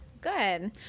good